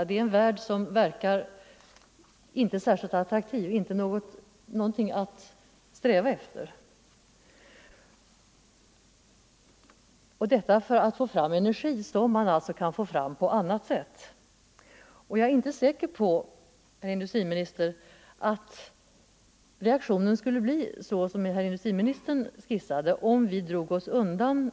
Det är en värld som inte verkar särskilt attraktiv — det är inte någonting att sträva efter. Och detta för att få fram energi, som man alltså kan få fram på annat sätt. Jag är inte säker på, herr industriminister, att reaktionen skulle bli sådan som herr industriministern skisserade, om vi drog oss undan.